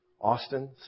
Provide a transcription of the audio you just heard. Austin